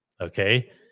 okay